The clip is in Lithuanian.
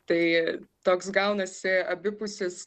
tai toks gaunasi abipusis